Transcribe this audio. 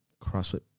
CrossFit